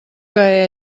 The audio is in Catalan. que